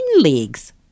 legs